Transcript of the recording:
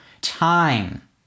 time